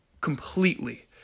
completely